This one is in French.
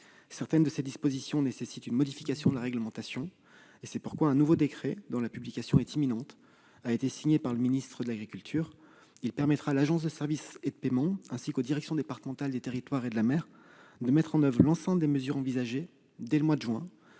Certaines de ces dispositions nécessitent une modification de la réglementation. C'est la raison pour laquelle un nouveau décret, dont la publication est imminente, a été signé par le ministre de l'agriculture : il permettra à l'Agence de services et de paiement, ainsi qu'aux directions départementales des territoires et de la mer, de mettre en oeuvre l'ensemble des mesures envisagées dès le mois de juin.